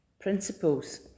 principles